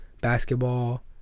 basketball